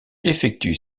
effectue